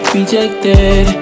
Rejected